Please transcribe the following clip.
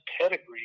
pedigree